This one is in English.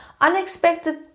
unexpected